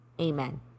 Amen